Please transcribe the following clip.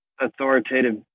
authoritative